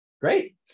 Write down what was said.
Great